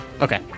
Okay